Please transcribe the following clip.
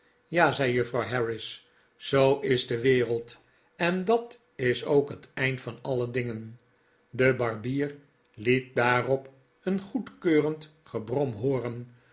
ja zei juffrouw harris zoo is de wereld en dat is ook het eind van alle dingen de barbier liet daarop een goedkeurend gebrom hooren